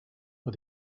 but